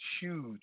Huge